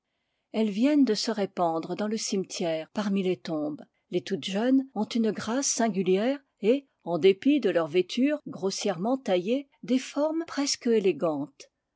elles viennent de se répandre dans le cimetière parmi les tombes les toutes jeunes ont une grâce singulière et en dépit de leur vêture grossièrement taillée des formes presque élégantes